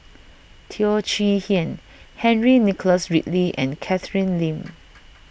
Teo Chee Hean Henry Nicholas Ridley and Catherine Lim